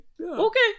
Okay